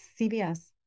cbs